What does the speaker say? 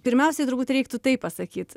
pirmiausiai turbūt reiktų tai pasakyt